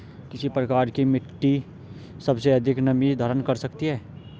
किस प्रकार की मिट्टी सबसे अधिक नमी धारण कर सकती है?